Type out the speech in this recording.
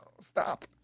stop